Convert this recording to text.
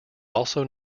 also